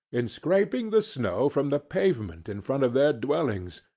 in scraping the snow from the pavement in front of their dwellings,